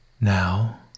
Now